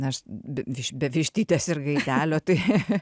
na aš be viš be vištytės ir gaidelio tai